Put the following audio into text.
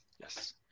Yes